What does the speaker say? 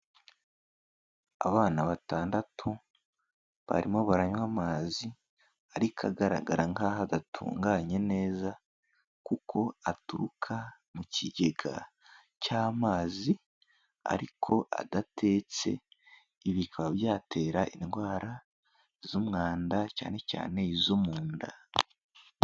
Abana batandatu barimo baranywa amazi ariko agaragara nk'aho adatunganye neza kuko aturuka mu kigega cy'amazi ariko adatetse, ibi bikaba byatera indwara z'umwanda, cyane cyane izo mu nda.